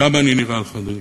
בן כמה אני נראה לך, אדוני?